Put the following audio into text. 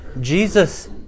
Jesus